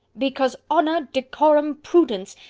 because honour, decorum, prudence,